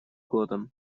годом